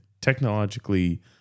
Technologically